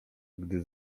gdy